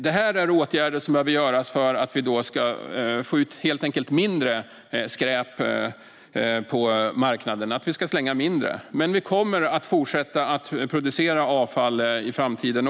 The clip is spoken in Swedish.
Detta är åtgärder som behöver vidtas för att det helt enkelt ska komma ut en mindre mängd skräp på marknaden, men vi kommer förstås att fortsätta att producera avfall i framtiden.